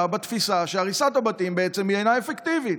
או בתפיסה שהריסת הבתים היא בעצם אינה אפקטיבית?